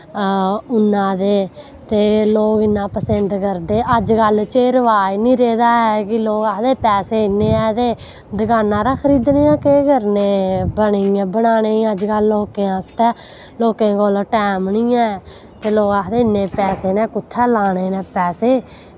उन्ना दे तो लोग इन्ना पसंद करदे अज्ज कल एह् रवाज नी रेह् दा ऐ कि लोग आखदे पैसे इन्ने ऐ कि दकाना परा खरीदने आं केह् करने बनाने अज्ज कल लोकें आस्तै लोकें कोल टैम नी ऐ ते लोग आखदे इन्ने पैसे न कुत्थें लाने न पैसे